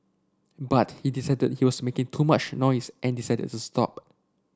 but he decided he was making too much noise and decided the stop